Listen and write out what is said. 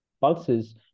pulses